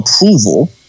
approval